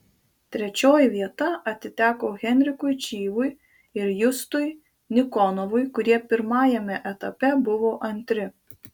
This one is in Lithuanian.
trečioji vieta atiteko henrikui čyvui ir justui nikonovui kurie pirmajame etape buvo antri